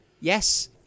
Yes